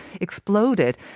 exploded